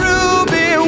Ruby